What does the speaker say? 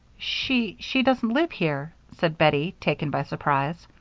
she she doesn't live here, said bettie, taken by surprise.